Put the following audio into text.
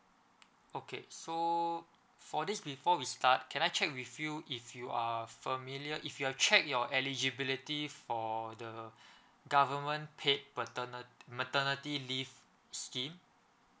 okay so for this before we start can I check with you if you are familiar if you're check your eligibility for the government paid patern~ maternity leave scheme